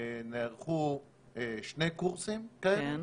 נערכו שני קורסים כאלה,